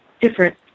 different